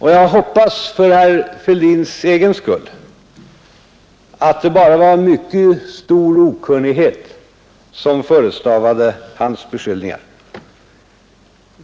Jag hoppas för herr Fälldins egen skull att det bara var mycket stor okunnighet som förestavade hans beskyllningar.